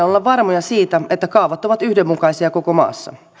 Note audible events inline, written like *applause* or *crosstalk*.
*unintelligible* olla varmoja siitä että kaavat ovat yhdenmukaisia koko maassa